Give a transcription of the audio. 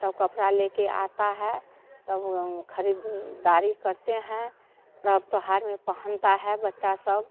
तो कपड़े लेकर आते हैं तब ऊ हम ख़रीद दारी करते हैं पर्व त्यौहार में पहनते हैं बच्चे सब